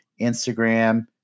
Instagram